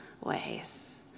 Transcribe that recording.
ways